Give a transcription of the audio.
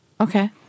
Okay